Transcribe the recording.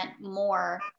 more